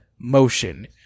motion